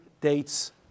dates